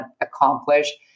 accomplish